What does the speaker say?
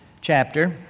chapter